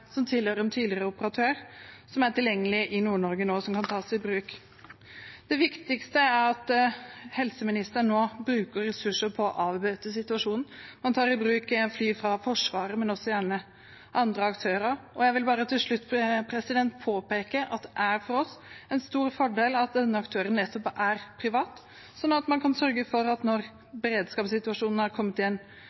som tilhører en tidligere operatør, som er tilgjengelig i Nord-Norge nå, og som kan tas i bruk. Det viktigste er at helseministeren bruker ressurser på å avbøte situasjonen, at man tar i bruk fly fra Forsvaret, men gjerne også fra andre aktører. Jeg vil til slutt påpeke at det er for oss en stor fordel at denne aktøren er privat, slik at man kan sørge for at når beredskapssituasjonen er kommet